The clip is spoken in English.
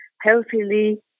healthily